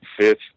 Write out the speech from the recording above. fifth